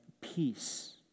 peace